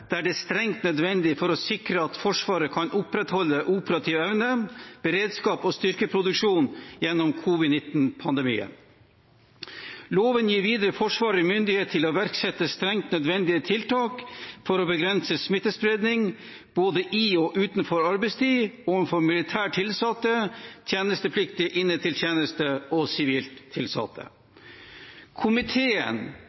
strengt nødvendig for å sikre at Forsvaret kan opprettholde operativ evne, beredskap og styrkeproduksjon gjennom covid-19-pandemien. Loven gir videre Forsvaret myndighet til å iverksette strengt nødvendige tiltak for å begrense smittespredning, både i og utenfor arbeidstid, overfor militært tilsatte, tjenestepliktige inne til tjeneste og